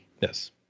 Yes